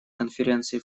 конференции